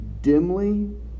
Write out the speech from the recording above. dimly